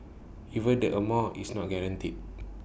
even this amount is not guaranteed